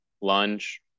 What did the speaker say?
lunge